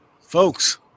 folks